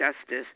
justice